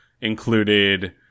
included